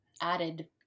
added